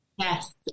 Yes